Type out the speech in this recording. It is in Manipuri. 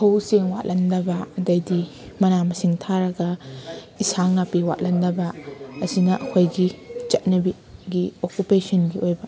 ꯐꯧ ꯆꯦꯡ ꯋꯥꯠꯍꯟꯗꯕ ꯑꯗꯩꯗꯤ ꯃꯅꯥ ꯃꯁꯤꯡ ꯊꯥꯔꯒ ꯏꯁꯥꯡ ꯅꯥꯄꯤ ꯋꯥꯠꯍꯟꯗꯕ ꯑꯁꯤꯅ ꯑꯩꯈꯣꯏꯒꯤ ꯆꯠꯅꯕꯤꯒꯤ ꯑꯣꯛꯀꯨꯄꯦꯁꯟꯒꯤ ꯑꯣꯏꯕ